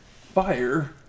fire